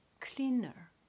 cleaner